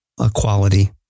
equality